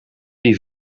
die